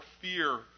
fear